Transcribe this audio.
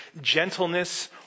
gentleness